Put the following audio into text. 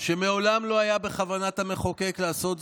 כשמעולם לא היה בכוונת המחוקק לעשות זאת,